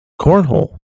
cornhole